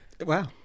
Wow